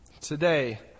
today